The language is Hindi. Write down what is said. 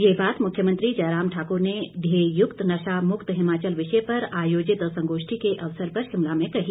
ये बात मुख्यमंत्री जयराम ठाकुर ने ध्येय युक्त नशा मुक्त हिमाचल विषय पर आयोजित संगोष्ठी के अवसर पर शिमला में कही